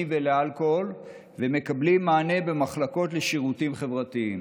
ולאלכוהול ומקבלים מענה במחלקות לשירותים חברתיים.